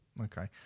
Okay